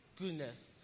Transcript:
goodness